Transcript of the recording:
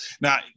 Now